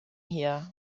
hier